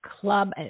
club